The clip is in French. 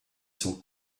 son